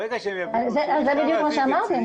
זה בדיוק מה שאמרתי.